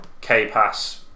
K-pass